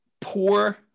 Poor